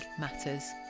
matters